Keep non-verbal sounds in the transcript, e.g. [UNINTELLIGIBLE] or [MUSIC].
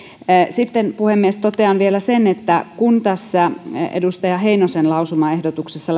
sitten puhemies totean vielä sen että kun tässä edustaja heinosen lausumaehdotuksessa [UNINTELLIGIBLE]